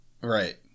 Right